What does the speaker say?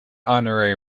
honorary